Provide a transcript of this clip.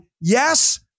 Yes